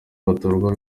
batorwa